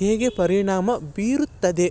ಹೇಗೆ ಪರಿಣಾಮ ಬೀರುತ್ತದೆ?